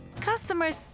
customers